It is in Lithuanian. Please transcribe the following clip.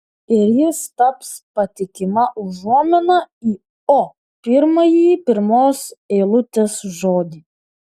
ir jis taps patikima užuomina į o pirmąjį pirmos eilutės žodį